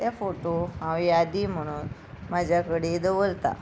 त्या फोटो हांव यादी म्हणून म्हाज्या कडेन दवरतां